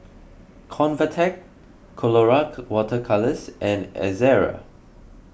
Convatec Colora Water Colours and Ezerra